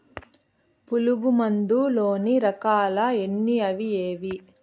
పులుగు మందు లోని రకాల ఎన్ని అవి ఏవి?